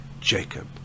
Jacob